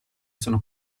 sono